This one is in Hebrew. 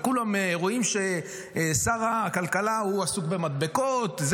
וכולם רואים ששר הכלכלה עסוק במדבקות,